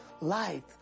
light